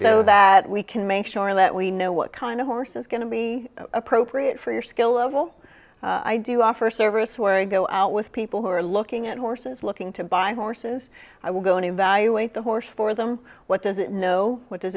go that we can make sure that we know what kind of horse is going to be appropriate for your skill level i do offer a service where i go out with people who are looking at horses looking to buy horses i will go and evaluate the horse for them what does it know what